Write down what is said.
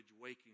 Waking